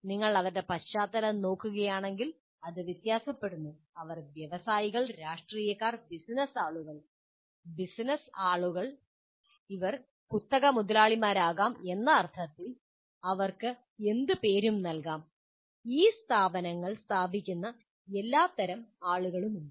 നിങ്ങൾ അവരുടെ പശ്ചാത്തലം നോക്കുകയാണെങ്കിൽ അത് വ്യത്യാസപ്പെടുന്നു അവർ വ്യവസായികൾ രാഷ്ട്രീയക്കാർ ബിസിനസ്സ് ആളുകൾ ബിസിനസ്സ് ആളുകൾ അവർ കുത്തക മുതലാളിമാരാകാം എന്ന അർത്ഥത്തിൽഅവർക്ക് എന്ത് പേരും നൽകാം ഈ സ്ഥാപനങ്ങൾ സ്ഥാപിക്കുന്ന എല്ലാത്തരം ആളുകളുമുണ്ട്